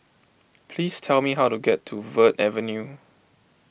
please tell me how to get to Verde Avenue